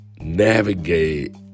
navigate